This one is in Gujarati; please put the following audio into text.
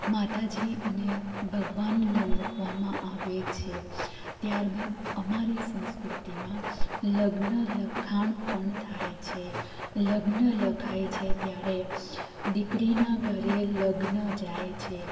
માતાજી અને ભગવાનને મૂકવામાં આવે છે ત્યાર બાદ અમારી સંસ્કૃતિમાં લગ્ન લખાણ પણ થાય છે લગ્ન લખાય છે ત્યારે દીકરીના ઘરે લગ્ન જાય છે